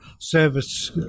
service